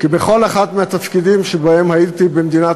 כי בכל אחד מהתפקידים שבהם הייתי במדינת